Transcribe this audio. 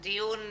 דיון